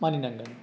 मानिनांगोन